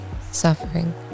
suffering